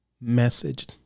message